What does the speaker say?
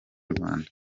rwanda